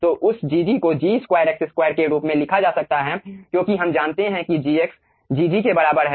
तो उस Gg को G2x2 के रूप में लिखा जा सकता है क्योंकि हम जानते हैं कि Gx Gg के बराबर है